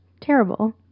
terrible